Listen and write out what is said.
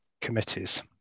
committees